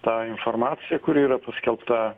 tą informaciją kuri yra paskelbta